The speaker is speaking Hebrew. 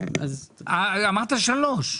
אמרת שלוש.